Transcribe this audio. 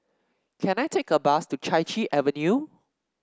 can I take a bus to Chai Chee Avenue